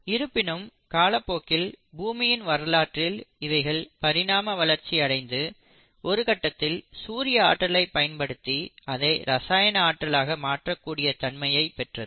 இருப்பினும் காலப்போக்கில் பூமியின் வரலாற்றில் இவைகள் பரிணாம வளர்ச்சி அடைந்து ஒருகட்டத்தில் சூரிய ஆற்றலை பயன்படுத்தி அதை ரசாயன ஆற்றலாக மாற்றக் கூடிய தன்மையைப் பெற்றது